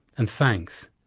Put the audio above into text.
and thanks.